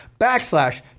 backslash